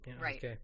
right